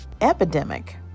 epidemic